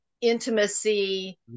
intimacy